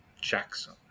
Jackson